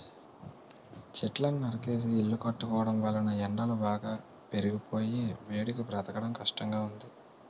చెట్లను నరికేసి ఇల్లు కట్టుకోవడం వలన ఎండలు బాగా పెరిగిపోయి వేడికి బ్రతకడం కష్టంగా ఉంది